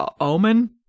Omen